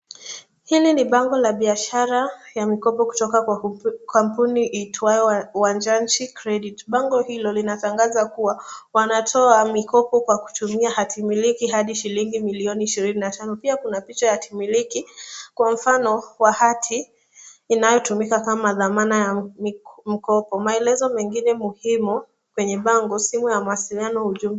Hili ni bango la biashara ya mikopo kutoka kwa kampuni iitwayo Wanjanchi (Credit). Bango hilo linatangaza kuwa wanatoa mikopo kwa kutumia hati miliki, hadi shilingi milioni ishirini na tano. Pia kuna picha ya hati miliki kwa mfano wa hati inayotumika kwa dhamana ya mkopo. Maelezo mengine muhimu kwenye bango ni simu ya mawasiliano ili kutuma ujumbe.